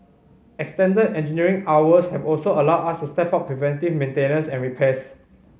extended engineering hours have also allowed us to step up preventive maintenance and repairs